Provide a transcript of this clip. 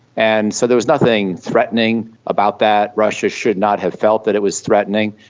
and so there was nothing threatening about that. russia should not have felt that it was threatening,